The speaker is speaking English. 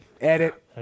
Edit